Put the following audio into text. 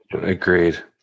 Agreed